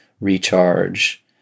recharge